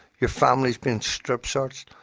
your families being strip-searched.